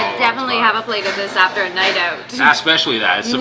definitely have a plate of this after a night out especially that!